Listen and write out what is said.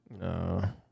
No